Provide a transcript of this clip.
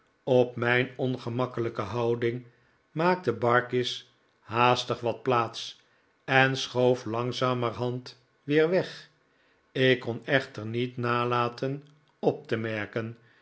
op mijn ongemakkelijke houding maakte barkis haastig wat plaats en schoof langzamerhand weer weg ik kon echter niet nalaten op te merken